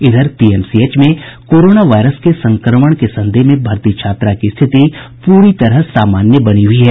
इधर पीएमसीएच में corona virus के संक्रमण के संदेह में भर्ती छात्रा की स्थिति पूरी तरह से सामान्य बनी हुई है